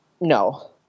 no